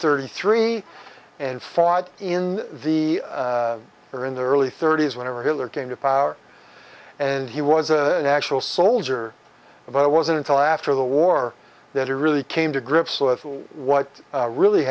thirty three and fought in the air in the early thirty's when a regular came to power and he was an actual soldier but it wasn't until after the war that he really came to grips with what really